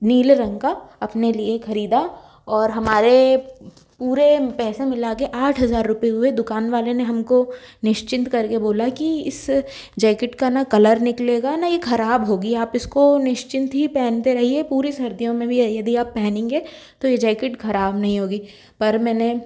नीले रंग का अपने लिए ख़रीदा और हमारे पूरे पैसे मिला कर आठ हज़ार रुपये हुए दुकान वाले ने हमको निश्चिंत करके बोला कि इस जैकेट का न कलर निकलेगा न यह ख़राब होगी आप इसको निश्चिंत ही पहनते रहिये पूरे सर्दियों में भी यह यदि आप पहनेंगे तो यह जैकेट ख़राब नहीं होगी पर मैंने